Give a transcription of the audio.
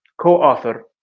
co-author